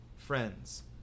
friends